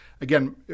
again